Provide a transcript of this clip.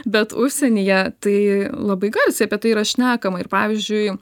bet užsienyje tai labai garsiai apie tai yra šnekama ir pavyžiui